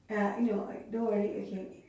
uh I know I don't worry okay